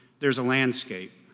there's a landscape.